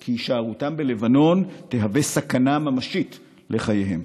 כי הישארותם בלבנון תהווה סכנה ממשית לחייהם.